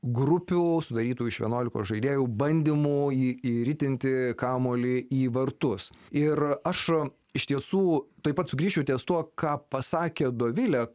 grupių sudarytų iš vienuolikos žaidėjų bandymų įritinti kamuolį į vartus ir aš e iš tiesų tuoj pat sugrįšiu ties tuo ką pasakė dovilė